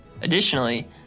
Additionally